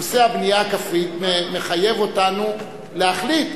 נושא הבנייה הכפרית מחייב אותנו להחליט,